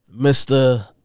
Mr